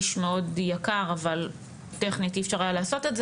איש מאוד יקר אבל טכנית אי אאפשר היה לעשות את זה